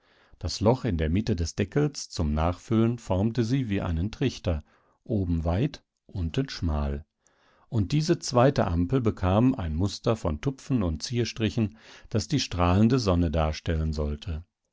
das loch in der mitte des deckels zum nachfüllen formte sie wie einen trichter oben weit unten schmal und diese zweite ampel bekam ein muster von tupfen und zierstrichen das die strahlende sonne darstellen sollte